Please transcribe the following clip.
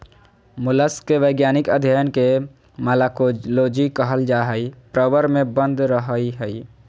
mollusc के वैज्ञानिक अध्यन के मालाकोलोजी कहल जा हई, प्रवर में बंद रहअ हई